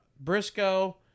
Briscoe